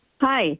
Hi